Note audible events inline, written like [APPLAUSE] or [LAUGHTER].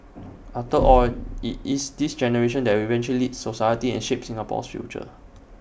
after [NOISE] all IT is this generation that will eventually society and shape Singapore's future